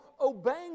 obeying